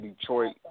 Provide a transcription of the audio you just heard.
Detroit